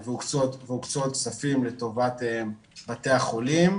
והוקצו עוד כספים לטובת בתי החולים.